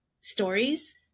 stories